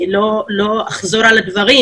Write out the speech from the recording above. לא אחזור על הדברים